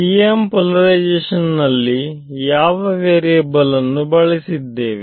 TM polarisation ನಲ್ಲಿ ಯಾವ variable ಅನ್ನು ಬಳಸಿದ್ದೇವೆ